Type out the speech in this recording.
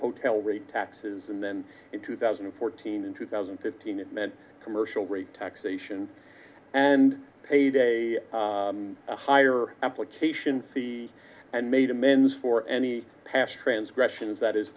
hotel rate taxes and then in two thousand and fourteen in two thousand and fifteen it meant commercial rate taxation and paid a higher application fee and made amends for any past transgressions that is